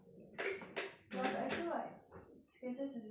plus I feel like skechers is very comfortable